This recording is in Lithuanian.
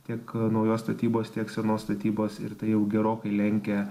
tiek naujos statybos tiek senos statybos ir tai jau gerokai lenkia